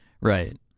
Right